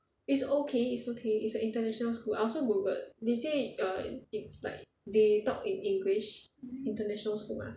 it's okay it's okay it's a international school I also Google it's like they talk in english international school mah